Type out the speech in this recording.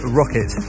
rocket